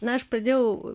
na aš pradėjau